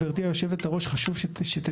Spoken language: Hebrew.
חשוב שגבירתי היו"ר תדע